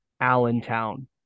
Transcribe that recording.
Allentown